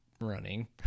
running